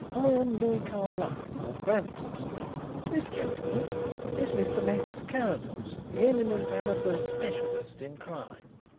i am louis carlyle, of bampton street. this gentleman is mr. max carrados, the eminent amateur specialist in crime.